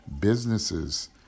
Businesses